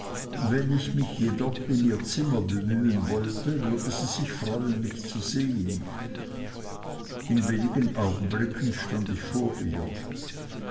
wenn ich mich jedoch in ihr zimmer bemühen wollte würde sie sich freuen mich zu sehen in wenigen augenblicken stand ich vor ihr